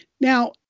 Now